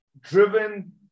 driven